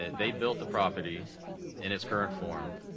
they built the property in its current form,